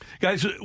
Guys